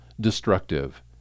destructive